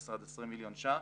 15 עד 20 מיליון ש"ח.